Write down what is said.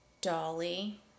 Dolly